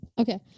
Okay